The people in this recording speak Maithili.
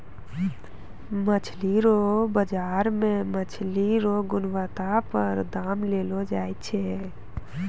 मछली रो बाजार मे मछली रो गुणबत्ता पर दाम देलो जाय छै